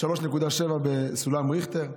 3.7 בסולם ריכטר.